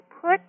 put